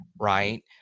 right